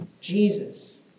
Jesus